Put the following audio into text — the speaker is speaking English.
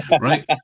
Right